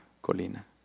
colina